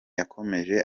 yakomeje